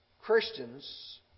Christians